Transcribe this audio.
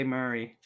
Murray